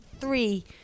three